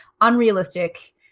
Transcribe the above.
unrealistic